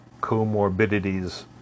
comorbidities